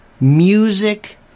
music